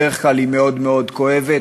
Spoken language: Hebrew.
בדרך כלל היא מאוד מאוד כואבת.